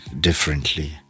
differently